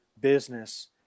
business